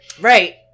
Right